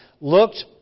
looked